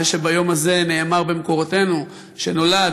זה שביום הזה נאמר במקורותינו שנולד,